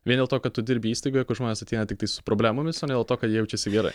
vien dėl to kad tu dirbi įstaigoje kur žmonės ateina tiktai su problemomis o ne dėl to kad jie jaučiasi gerai